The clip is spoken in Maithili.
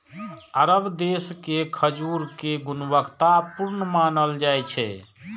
अरब देश के खजूर कें गुणवत्ता पूर्ण मानल जाइ छै